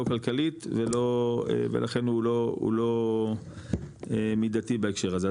כלכלית ולכן הוא לא הוא לא מידתי בהקשר הזה,